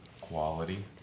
quality